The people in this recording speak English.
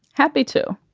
happy to